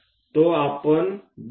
तो आपण बनवू